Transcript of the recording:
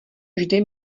vždy